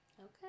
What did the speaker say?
Okay